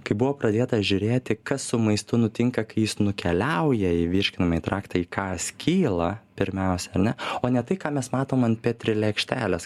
kai buvo pradėta žiūrėti kas su maistu nutinka kai jis nukeliauja į virškinamąjį traktą į ką skyla pirmiausia ar ne o ne tai ką mes matom ant petri lėkštelės